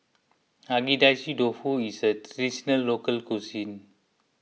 Agedashi Dofu is a Traditional Local Cuisine